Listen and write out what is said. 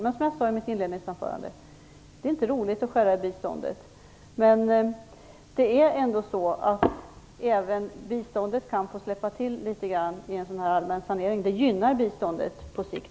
Men som jag sade i mitt inledningsanförande: Det är inte roligt att skära i biståndet. Men även biståndet kan få bli föremål för neddragning i en allmän sanering. Det gynnar biståndet på sikt.